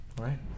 Right